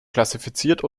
klassifiziert